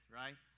right